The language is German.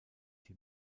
die